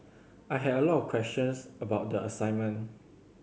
I had a lot of questions about the assignment